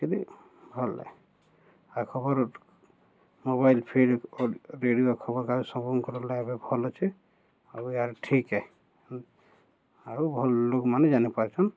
ଦେଖିଲି ଭଲ ଲାଗେ ଆ ଖବର ମୋବାଇଲ୍ ଫିର୍ ରେଡ଼ିଓ ଖବର କାଗଜ ସବୁଙ୍କର ଲ ଏବେ ଭଲ୍ ଅଛେ ଆଉ ଏହାର ଠିକ୍ ଏ ଆଉ ଭଲ ଲୋକମାନେ ଜାଣିପାରୁଛନ୍